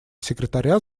секретаря